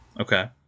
okay